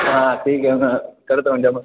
हाँ ठीक है मैं करता हूँ जमा